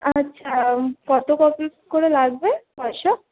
আচ্ছা কত কপি করে লাগবে পয়সা